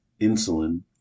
insulin